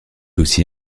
aussi